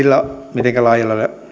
mitenkä laajoille